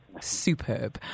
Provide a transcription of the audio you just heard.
superb